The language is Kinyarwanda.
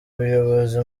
ubuyobozi